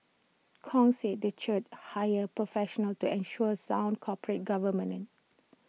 Kong said the church hired professionals to ensure sound corporate